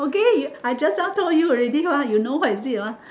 okay I just now told you already ah you know what is it ah